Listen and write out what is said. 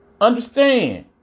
Understand